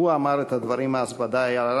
הוא אמר את הדברים אז על ערפאת,